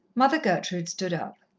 mother gertrude stood up.